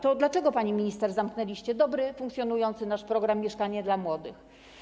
To dlaczego, pani minister, zamknęliście dobry, funkcjonujący nasz program „Mieszkanie dla młodych”